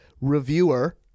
reviewer